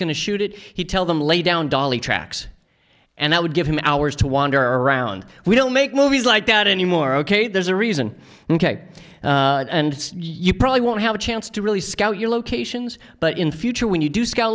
going to shoot it he tell them lay down dolly tracks and that would give him hours to wander around we don't make movies i doubt any more ok there's a reason ok and you probably won't have a chance to really scout your locations but in future when you do scout